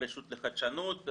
ברשות לחדשנות,